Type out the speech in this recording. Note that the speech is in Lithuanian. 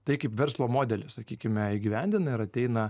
tai kaip verslo modelį sakykime įgyvendina ir ateina